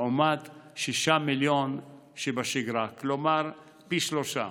לעומת 6 מיליון בשגרה, כלומר פי שלושה.